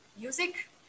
music